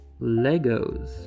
Legos